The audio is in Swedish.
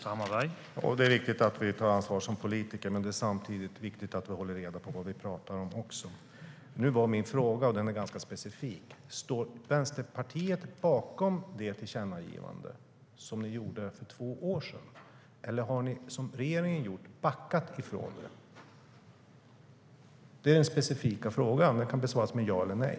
Herr talman! Ja, det är viktigt att vi tar ansvar som politiker, men det är samtidigt viktigt att vi håller reda på vad vi talar om. Nu var min fråga, och den är ganska specifik: Står ni i Vänsterpartiet bakom det tillkännagivande som ni gjorde för två år sedan, eller har ni, som regeringen gjort, backat i frågor? Det är den specifika frågan, och den kan besvaras med ett ja eller nej.